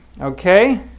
Okay